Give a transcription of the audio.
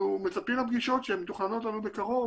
אנחנו מצפים לפגישות שמתוכננות לנו בקרוב